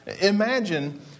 Imagine